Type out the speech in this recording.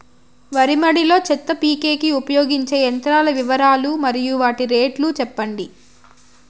వరి మడి లో చెత్త పీకేకి ఉపయోగించే యంత్రాల వివరాలు మరియు వాటి రేట్లు చెప్పండి?